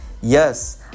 yes